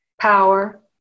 power